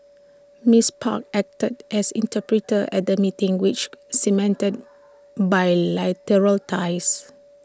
miss park acted as interpreter at the meeting which cemented bilateral ties